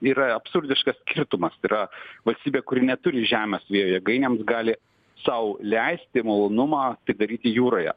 yra absurdiškas skirtumas yra valstybė kuri neturi žemės vėjo jėgainėms gali sau leisti malonumą tai daryti jūroje